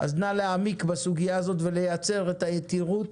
אז נא להעמיק בסוגיה הזאת ולייצר יתירות,